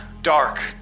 Dark